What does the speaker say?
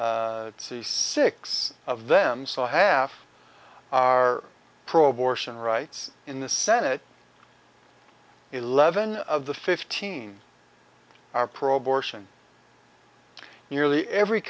c six of them so half are pro abortion rights in the senate eleven of the fifteen are pro abortion nearly every